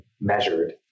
measured